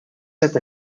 set